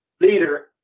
leader